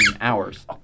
hours